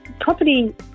property